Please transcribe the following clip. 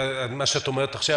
מה שאת אומרת עכשיו,